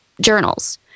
journals